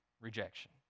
rejection